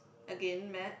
again math